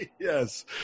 Yes